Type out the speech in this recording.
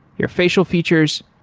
your facial features,